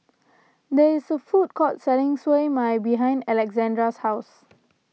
there is a food court selling Siew Mai behind Alessandra's house